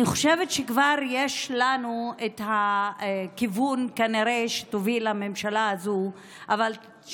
אני חושבת שכבר יש לנו כנראה כיוון שתוביל הממשלה הזאת שתקום.